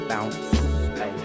Bounce